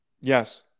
Yes